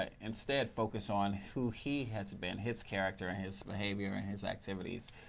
instead, focus on who he has been, his character. his behavior and his activities,